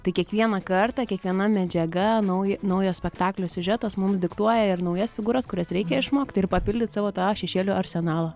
tai kiekvieną kartą kiekviena medžiaga nauja naujo spektaklio siužetas mums diktuoja ir naujas figūras kurias reikia išmokt ir papildyt savo tą šešėlių arsenalą